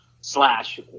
slash